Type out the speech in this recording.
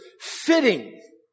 fitting